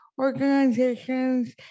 organizations